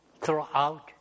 throughout